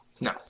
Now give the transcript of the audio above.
no